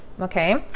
okay